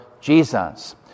Jesus